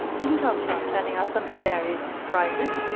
isn't our class turning out some hilarious surprises?